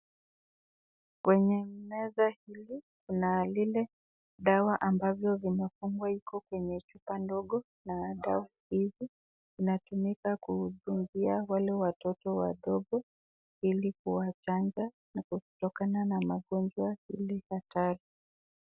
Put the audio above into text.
Kwenye meza hili, kuna zile dawa zimefungwa kwenye chupa ndogo, na dawa hizi unatumika kudungia wale watoto wadogo, ili kuwachanja kutoka na magonjwa ile hatari.